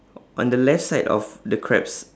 o~ on the left side of the crab's